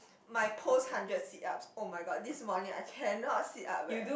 my post hundred sit ups oh-my-god this morning I cannot sit up eh